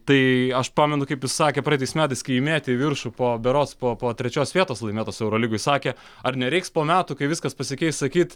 tai aš pamenu kaip jis sakė praeitais metais kai jį metė į viršų po berods po trečios vietos laimėtos eurolygoj sakė ar nereiks po metų kai viskas pasikeis sakyti